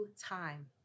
time